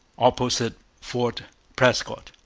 opposite fort prescott.